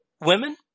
women